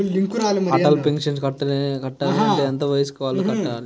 Atal pension కట్టాలి అంటే ఎంత వయసు వాళ్ళు కట్టాలి?